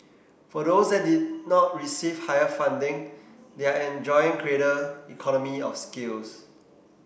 for those that did not receive higher funding they are enjoying greater economy of scales